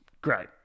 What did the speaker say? great